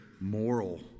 moral